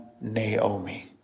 Naomi